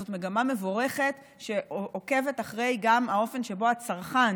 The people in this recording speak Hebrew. זאת מגמה מבורכת שעוקבת גם אחרי האופן שבו הצרכן